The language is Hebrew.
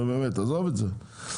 נו באמת עזוב את זה.